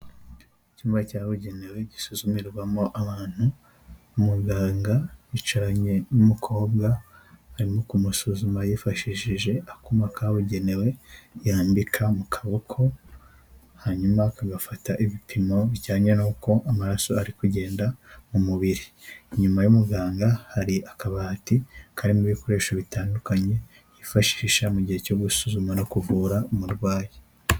Icyumba cyabugenewe gisuzumirwamo abantu, umuganga yicaranye n'umukobwa, arimo kumusuzuma yifashishije akuma kabugenewe yambika mu kaboko, hanyuma kagafata ibipimo bijyanye n'uko amaraso ari kugenda mu mubiri. Inyuma y'umuganga hari akabati karimo ibikoresho bitandukanye yifashisha mu gihe cyo gusuzuma no kuvura umurwayi.